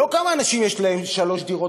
לא כמה אנשים יש להם שלוש דירות,